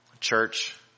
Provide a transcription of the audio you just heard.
church